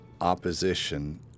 opposition